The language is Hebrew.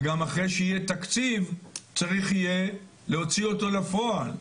וגם אחרי שיהיה תקציב צריך יהיה להוציא אותו אל הפועל.